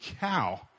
cow